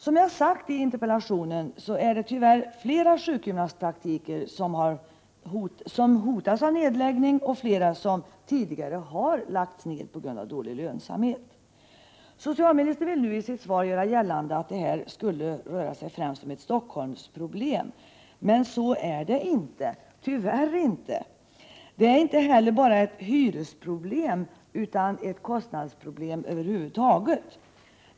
Som jag sagt i interpellationen hotas tyvärr flera sjukgymnastpraktiker av nedläggning, och flera har tidigare lagts ned, på grund av dålig lönsamhet. Socialministern vill nu i sitt svar göra gällande att detta främst är ett Stockholmsproblem, men så är det tyvärr inte. Det är inte heller bara ett hyresproblem, utan ett kostnadsproblem över huvud taget.